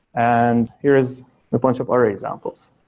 and here is a bunch of our examples.